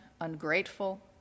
ungrateful